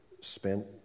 spent